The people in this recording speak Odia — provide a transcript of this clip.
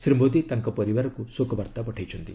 ଶ୍ରୀ ମୋଦୀ ତାଙ୍କ ପରିବାରକୁ ଶୋକବାର୍ତ୍ତା ପଠାଇଛନ୍ତି